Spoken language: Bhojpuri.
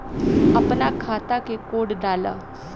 अपना खाता के कोड डाला